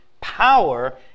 power